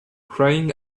crying